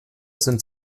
sind